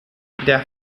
der